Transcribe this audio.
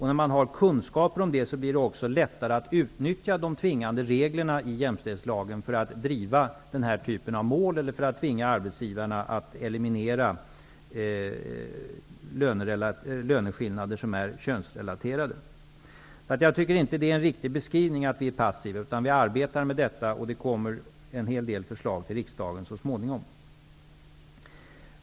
När man har kunskap om det blir det lättare att utnyttja de tvingande reglerna i jämställdhetslagen för att driva den typen av mål eller för att tvinga arbetsgivarna att eliminera löneskillnader som är könsrelaterade. Jag tycker alltså inte att det är en riktig beskrivning att vi är passiva, utan vi arbetar med detta och det kommer en hel del förslag till riksdagen så småningom.